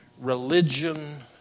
religion